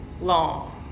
long